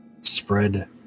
Spread